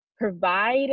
provide